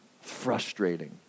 frustrating